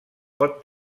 pot